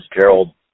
Gerald